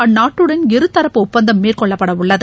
அந்நாட்டுடன் இருதரப்பு ஒப்பந்தம் மேற்கொள்ளப்பட உள்ளது